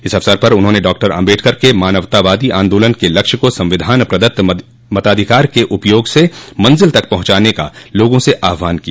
इस अवसर पर उन्होंने डॉक्टर आम्बेडकर के मानवतावादी आन्दोलन के लक्ष्य को संविधान प्रदत्त मताधिकार के उपयोग से मंजिल तक पहुंचाने का लोगों से आहवान किया